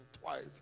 twice